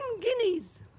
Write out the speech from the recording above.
guineas